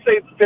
say